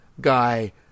guy